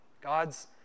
God's